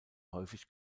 häufig